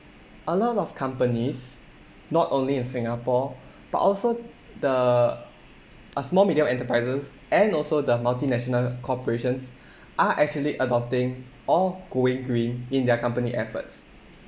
a lot of companies not only in singapore but also the uh small medium enterprises and also the multinational corporations are actually adopting or going green in their company efforts